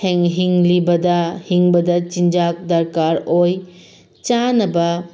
ꯍꯤꯡꯕꯗ ꯆꯤꯟꯖꯥꯛ ꯗꯔꯀꯥꯔ ꯑꯣꯏ ꯆꯥꯅꯕ